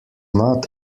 not